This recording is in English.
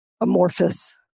amorphous